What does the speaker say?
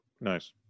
Nice